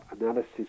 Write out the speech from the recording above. analysis